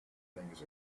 things